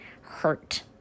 hurt